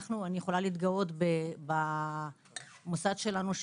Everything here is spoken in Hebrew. אני יכולה להתגאות במוסד שלנו,